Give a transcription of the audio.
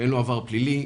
שאין לו עבר פלילי,